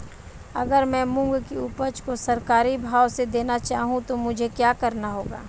अगर मैं मूंग की उपज को सरकारी भाव से देना चाहूँ तो मुझे क्या करना होगा?